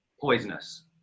poisonous